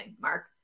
mark